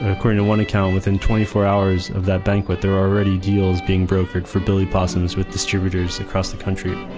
according to one account, within twenty four hours of that banquet, there were already deals being brokered for billy possums with distributors across the country.